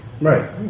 Right